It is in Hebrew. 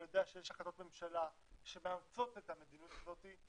אני יודע שיש החלטות ממשלה שמאמצות את המדיניות הזאת,